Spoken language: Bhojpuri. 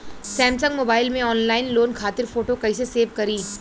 सैमसंग मोबाइल में ऑनलाइन लोन खातिर फोटो कैसे सेभ करीं?